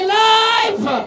life